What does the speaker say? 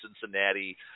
Cincinnati